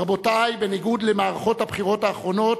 רבותי, בניגוד למערכות הבחירות האחרונות,